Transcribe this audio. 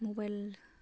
mobile